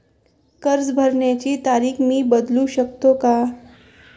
कर्ज भरण्याची तारीख मी बदलू शकतो का?